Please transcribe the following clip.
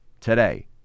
today